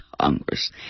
Congress